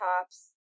tops